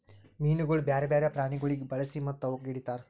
ಮೀನುಗೊಳ್ ಬ್ಯಾರೆ ಬ್ಯಾರೆ ಪ್ರಾಣಿಗೊಳಿಗ್ ಬಳಸಿ ಮತ್ತ ಅವುಕ್ ಹಿಡಿತಾರ್